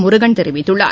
முருகன் தெரிவித்துள்ளார்